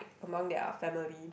among their family